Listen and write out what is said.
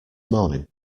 morning